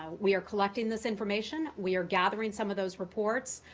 um we are collecting this information. we are gathering some of those reports.